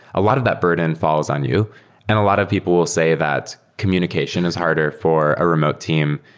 a lot of that burden falls on you and a lot of people will say that communication is harder for a remote team,